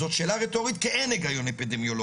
זאת שאלה רטורית, כי אין היגיון אפידמיולוגי.